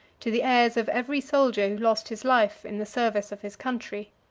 to the heirs of every soldier who lost his life in the service of his country.